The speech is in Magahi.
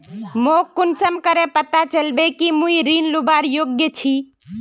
मोक कुंसम करे पता चलबे कि मुई ऋण लुबार योग्य छी?